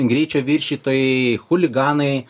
greičio viršytojai chuliganai